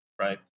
right